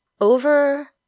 Over